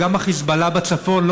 וגם החיזבאללה בצפון,